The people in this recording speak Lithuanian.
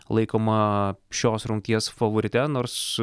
laikoma šios rungties favorite nors